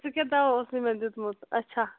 ژےٚ کیٛاہ دَوا اوسُے مےٚ دیُتمُت اَچھا